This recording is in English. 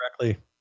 correctly